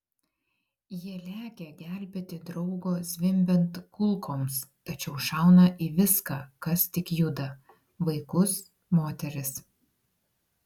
jie lekia gelbėti draugo zvimbiant kulkoms tačiau šauna į viską kas tik juda vaikus moteris